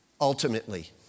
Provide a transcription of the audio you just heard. ultimately